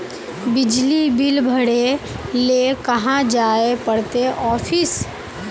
बिजली बिल भरे ले कहाँ जाय पड़ते ऑफिस?